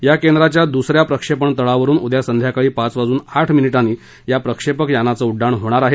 या केंद्राच्या दुसऱ्या प्रक्षेपण तळावरून उद्या संध्याकाळी पाच वाजून आठ मिनिटांनी या प्रक्षेपक यानाचं उड्डाण होणार आहे